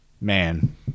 man